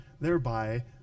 thereby